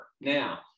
Now